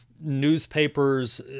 newspapers